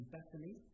Bethany